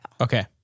Okay